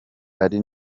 ari